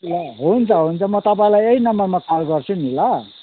ल हुन्छ हुन्छ म तपाईँलाई यही नम्बरमा कल गर्छु नि ल